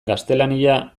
gaztelania